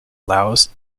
laos